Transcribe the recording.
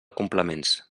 complements